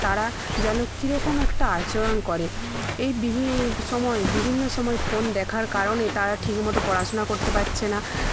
তারা যেন কীরকম একটা আচরণ করে এই বিভি সময়ে বিভিন্ন সময়ে ফোন দেখার কারণে তারা ঠিক মতো পড়াশোনা করতে পারছে না